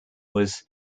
was